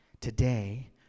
today